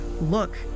look